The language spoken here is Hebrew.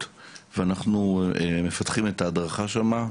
החולים ואנחנו מפתחים את ההדרכה שם,